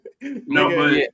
No